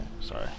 Sorry